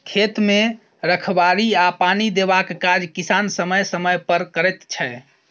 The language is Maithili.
खेत के रखबाड़ी आ पानि देबाक काज किसान समय समय पर करैत छै